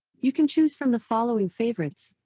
you can choose from the following favorites.